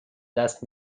دست